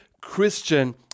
Christian